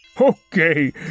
Okay